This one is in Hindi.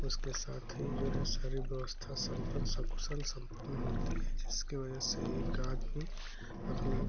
उसके साथ ही जो है सारी व्यवस्था सम्पन्न सकुशल सम्पन्न होती है जिसके वजह से एक आदमी अपना